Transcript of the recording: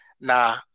Now